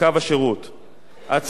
הצעת החוק מסמיכה